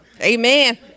Amen